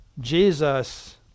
Jesus